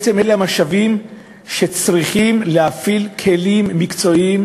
בעצם אלה המשאבים שבהם צריכים להפעיל כלים מקצועיים